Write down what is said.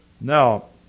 Now